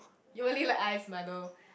you only like ice milo